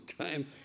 time